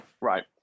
Right